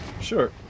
Sure